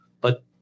but-